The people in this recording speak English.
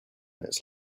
its